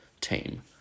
team